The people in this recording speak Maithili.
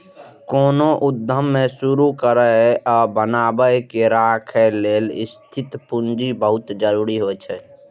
कोनो उद्यम कें शुरू करै आ बनाए के राखै लेल स्थिर पूंजी बहुत जरूरी होइ छै